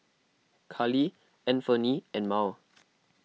Kallie Anfernee and Myrl